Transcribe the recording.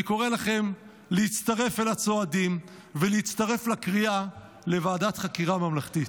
אני קורא לכם להצטרף אל הצועדים ולהצטרף לקריאה לוועדת חקירה ממלכתית.